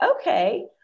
okay